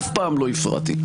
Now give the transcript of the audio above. אף פעם לא הפרעתי,